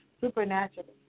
supernaturally